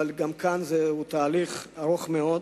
אבל גם כאן מדובר בתהליך ארוך מאוד.